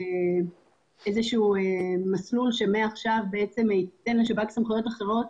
איזשהו מסלול שמעכשיו ייתן לשב"כ סמכויות אחרות,